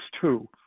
two